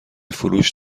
فروش